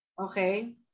okay